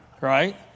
Right